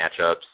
matchups